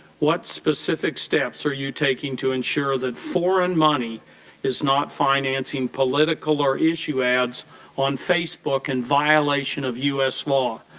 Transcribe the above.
what specific steps are you taking to ensure that foreign money is not financing political or issue ads on facebook and violation of u s. law.